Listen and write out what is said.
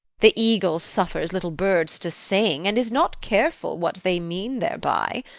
the eagle suffers little birds to sing, and is not careful what they mean thereby,